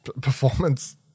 performance